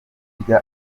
rya